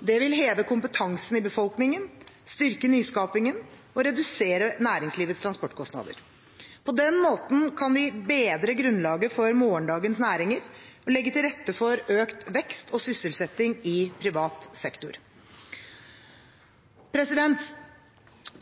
Det vil heve kompetansen i befolkningen, styrke nyskapingen og redusere næringslivets transportkostnader. På den måten kan vi bedre grunnlaget for morgendagens næringer og legge til rette for økt vekst og sysselsetting i privat sektor.